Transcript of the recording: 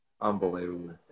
Unbelievable